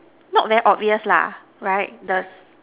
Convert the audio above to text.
not very obvious lah right the